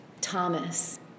Thomas